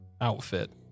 outfit